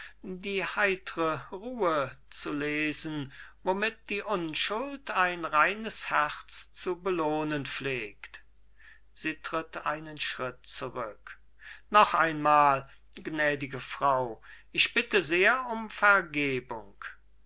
die heitre ruhe zu lesen womit die unschuld ein reines herz zu belohnen pflegt sie tritt einen schritt zurück noch einmal gnädige frau ich bitte sehr um vergebung